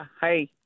Hi